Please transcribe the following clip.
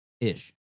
ish